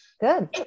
Good